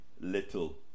little